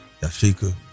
Yashika